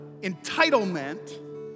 entitlement